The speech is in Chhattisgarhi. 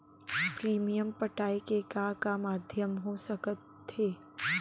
प्रीमियम पटाय के का का माधयम हो सकत हे?